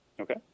Okay